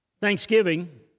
Thanksgiving